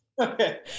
Okay